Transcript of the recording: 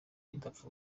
idapfa